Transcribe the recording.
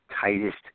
tightest